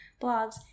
blogs